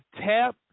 tap